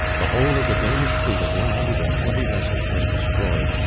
the whole of the danish fleet of one hundred and twenty vessels was destroyed,